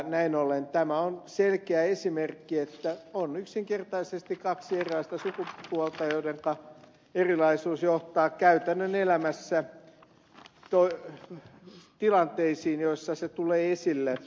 näin ollen tämä on selkeä esimerkki että on yksinkertaisesti kaksi erilaista sukupuolta joiden erilaisuus johtaa käytännön elämässä tilanteisiin joissa se tulee esille